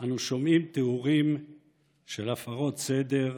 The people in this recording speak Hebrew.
אנו שומעים תיאורים של הפרות סדר,